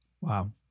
Wow